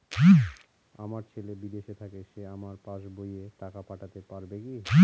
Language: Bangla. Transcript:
আমার ছেলে বিদেশে থাকে সে আমার পাসবই এ টাকা পাঠাতে পারবে কি?